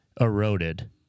Eroded